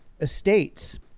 estates